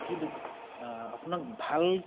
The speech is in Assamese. কিন্তু আপোনাক ভাল